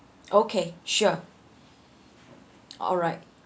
okay sure alright